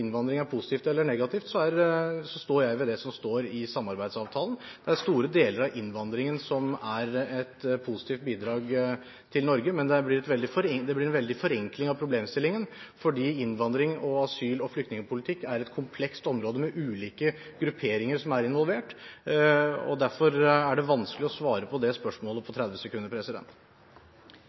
innvandring er positivt eller negativt, står jeg ved det som står i samarbeidsavtalen. Det er store deler av innvandringen som er et positivt bidrag til Norge, men det blir en veldig forenkling av problemstillingen, fordi innvandring og asyl- og flyktningpolitikk er et komplekst område med ulike grupperinger som er involvert. Derfor er det vanskelig å svare på det spørsmålet på 30 sekunder.